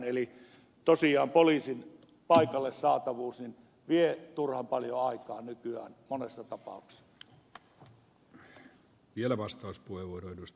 eli tosiaan poliisin paikalle saatavuus vie turhan paljon aikaa nykyään monessa tapauksessa